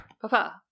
Papa